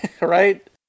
right